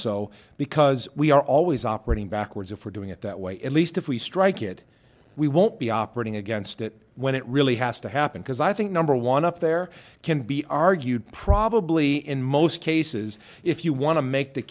so because we are always operating backwards and for doing it that way at least if we strike it we won't be operating against it when it really has to happen because i think number one up there can be argued probably in most cases if you want to make the